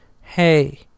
Hey